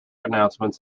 announcements